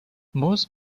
most